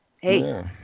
hey